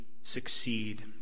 succeed